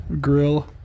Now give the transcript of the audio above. grill